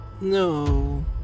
No